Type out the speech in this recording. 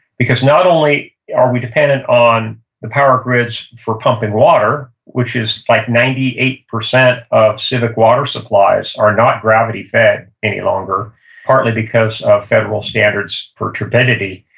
because not only are we dependent on the power grids for pumping water, which is like ninety eight percent of civic water supplies are not gravity fed any longer partly because of federal standards for turbidity,